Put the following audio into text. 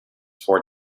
four